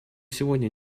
сегодня